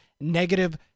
negative